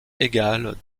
égale